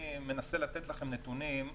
מנסה לתת לכם נתונים.